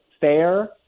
fair